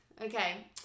Okay